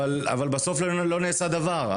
אבל בסוף לא נעשה דבר.